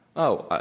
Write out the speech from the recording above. oh,